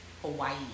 Hawaii